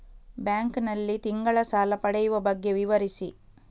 Bank ನಲ್ಲಿ ತಿಂಗಳ ಸಾಲ ಪಡೆಯುವ ಬಗ್ಗೆ ವಿವರಿಸಿ?